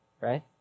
right